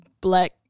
black